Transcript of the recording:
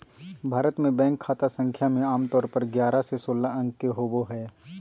भारत मे बैंक खाता संख्या मे आमतौर पर ग्यारह से सोलह अंक के होबो हय